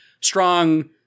strong